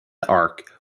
arc